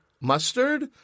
mustard